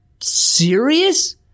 serious